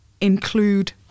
include